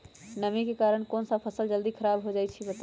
नमी के कारन कौन स फसल जल्दी खराब होई छई बताई?